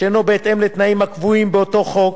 שאינה בהתאם לתנאים הקבועים באותו חוק.